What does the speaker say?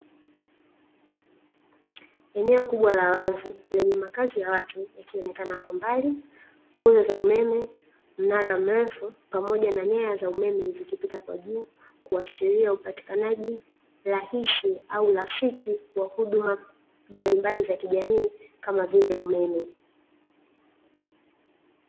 Eneo kubwa la wazi lenye makazi ya watu yakionekana kwa mbali, nguzo za umeme, mnara mrefu pamoja na nyaya za umeme zikipita kwa juu kuashiria upatikanaji rahisi au rafiki wa huduma mbalimbali za kijamii kama vile umeme.